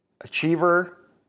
achiever